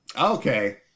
Okay